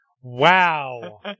Wow